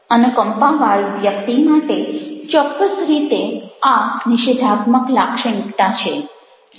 અનુકંપાવાળી વ્યક્તિ માટે ચોક્કસ રીતે આ નિષેધાત્મક લાક્ષણિકતા છે